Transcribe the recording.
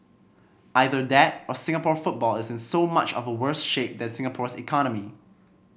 either that or Singapore football is in so much of a worse shape than Singapore's economy